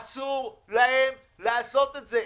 אסור להם לעשות את זה.